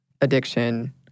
addiction